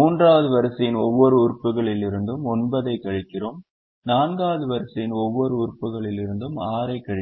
3 வது வரிசையின் ஒவ்வொரு உறுப்புகளிலிருந்தும் 9 ஐக் கழிக்கிறோம் 4 வது வரிசையின் ஒவ்வொரு உறுப்புகளிலிருந்தும் 6 ஐக் கழிக்கிறோம்